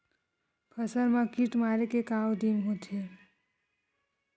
फसल मा कीट मारे के का उदिम होथे?